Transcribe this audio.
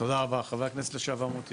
תודה רבה, חבר הכנסת לשעבר, מוטי